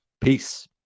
peace